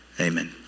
Amen